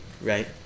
right